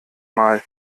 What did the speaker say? mal